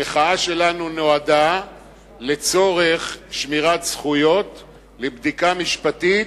המחאה שלנו נועדה לצורך שמירת זכויות לבדיקה משפטית,